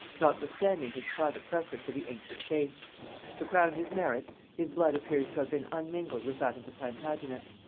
notwithstanding his private preference of the ancient faith to crown his merits, his blood appears to have been unmingled with that of the plantagenets.